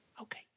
Okay